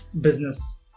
business